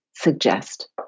Suggest